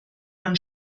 man